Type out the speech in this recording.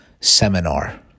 seminar